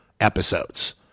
episodes